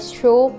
show